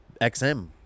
XM